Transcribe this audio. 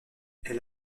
elle